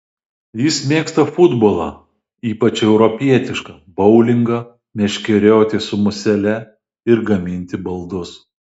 jis mėgsta futbolą ypač europietišką boulingą meškerioti su musele ir gaminti baldus